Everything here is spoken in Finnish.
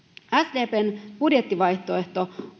sdpn budjettivaihtoehto